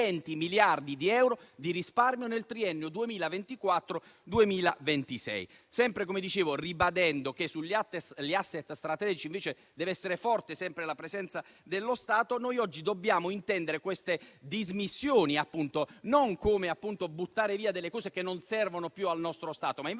miliardi di euro di risparmio nel triennio 2024-2026. Ribadendo che sugli *asset* strategici invece deve essere forte la presenza dello Stato, noi dobbiamo intendere queste dismissioni non come un buttare via cose che non servono più al nostro Stato, ma invece